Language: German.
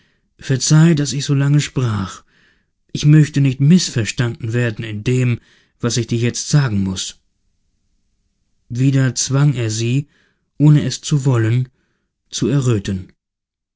haben verzeih daß ich so lange sprach ich möchte nicht mißverstanden werden in dem was ich dir jetzt sagen muß wieder zwang er sie ohne es zu wollen zu erröten